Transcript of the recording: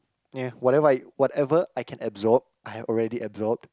ya whatever I whatever I can absorb I have already absorbed